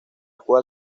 cual